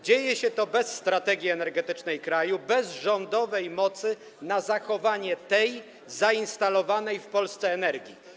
Dzieje się to bez strategii energetycznej kraju, bez rządowej mocy na zachowanie tej zainstalowanej w Polsce energii.